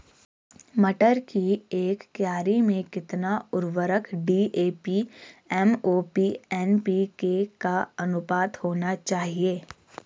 मटर की एक क्यारी में कितना उर्वरक डी.ए.पी एम.ओ.पी एन.पी.के का अनुपात होना चाहिए?